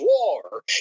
war